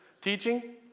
teaching